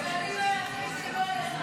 --- מי שבא לכבד.